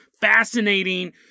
Fascinating